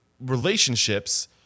relationships